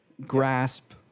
grasp